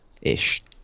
ish